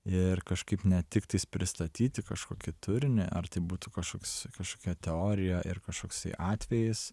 ir kažkaip ne tiktais pristatyti kažkokį turinį ar tai būtų kažkoks kažkokia teorija ir kažkoksai atvejis